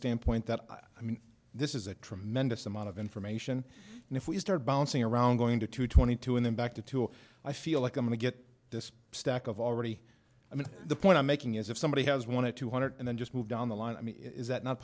standpoint that i mean this is a tremendous amount of information and if we start bouncing around going to two twenty two and then back to two i feel like i'm going to get this stack of already i mean the point i'm making is if somebody has wanted two hundred and then just move down the line i mean is that not